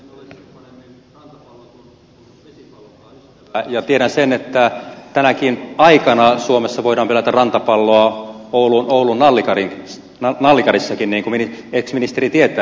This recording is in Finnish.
en ole sen paremmin rantapallon kuin vesipallonkaan ystävä ja tiedän sen että tänäkin aikana suomessa voidaan pelata rantapalloa oulun nallikarissakin niin kuin ex ministeri tietää